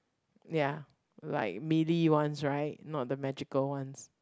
ya like melee ones right not the magical ones